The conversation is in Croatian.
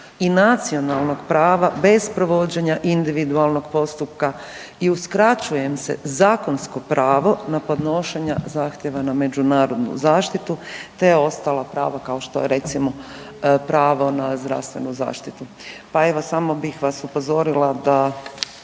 i nacionalnog prava bez provođenja individualnog postupka i uskraćuje im se zakonsko pravo na podnošenje zahtjeva na međunarodnu zaštitu te ostala prava kao što je recimo pravo na zdravstvenu zaštitu. Pa evo samo bih vas upozorila da